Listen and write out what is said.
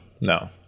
No